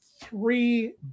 Three